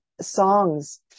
Songs